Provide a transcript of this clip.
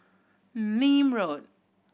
Nim Road